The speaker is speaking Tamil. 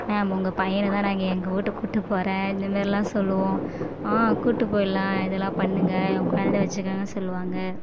மேம் உங்கள் பையனை தான் நான் எங்கள் வீட்டுக்கு கூப்பிட்டு போகிறேன் இந்த மாரில்லாம் சொல்லுவோம் ஆ கூப்பிட்டு போயிட்லாம் இதெல்லாம் பண்ணுங்க என் குழந்தைய வச்சிக்கோங்கன்னு சொல்லுவாங்க